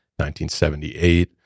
1978